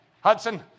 Hudson